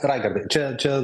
raigardai čia čia